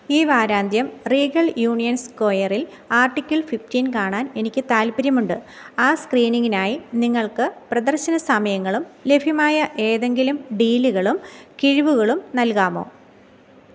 ഈ വാരാന്ത്യം Regal Union സ്ക്വയറിൽ ആർട്ടിക്കിൾ ഫിഫ്റ്റീൻ കാണാൻ എനിക്ക് താൽപ്പര്യമുണ്ട് ആ സ്ക്രീനിങ്ങിനായി നിങ്ങൾക്ക് പ്രദർശന സമയങ്ങളും ലഭ്യമായ ഏതെങ്കിലും ഡീലുകളും കിഴിവുകളും നൽകാമോ